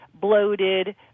bloated